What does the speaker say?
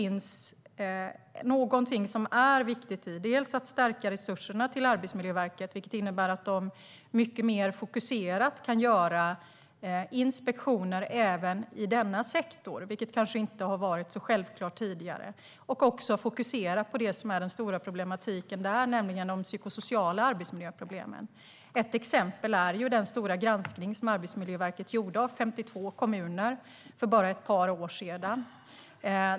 Något som är viktigt är att stärka resurserna till Arbetsmiljöverket, vilket innebär att verket mycket mer fokuserat kan göra inspektioner även i denna sektor, vilket kanske inte har varit så självklart tidigare, och även fokusera på det som är den stora problematiken där, nämligen de psykosociala arbetsmiljöproblemen. Ett exempel är den stora granskning som Arbetsmiljöverket gjorde av 52 kommuner för bara ett par år sedan.